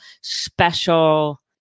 special